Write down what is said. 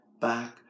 back